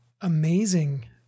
amazing